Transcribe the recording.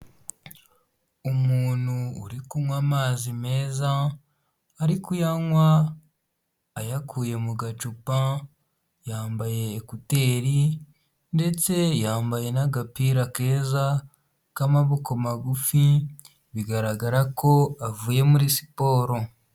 Umuntu uri kunywa amazi meza ari kuyanywa ayakuye mu gacupa yambaye ekuteri ndetse yambaye n'agapira keza k'amaboko magufi bigaragara ko avuye muri siporo.